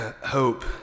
hope